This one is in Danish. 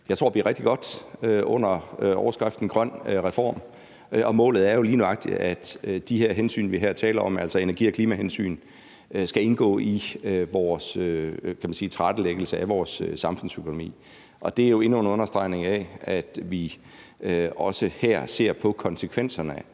jeg tror bliver rigtig godt, under overskriften »grøn reform«. Målet er jo lige nøjagtig, at de hensyn, vi her taler om, altså energi- og klimahensyn, skal indgå i vores tilrettelæggelse af vores samfundsøkonomi. Og det er jo endnu en understregning af, at vi også her ser på konsekvenserne for